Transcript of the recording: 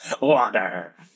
Water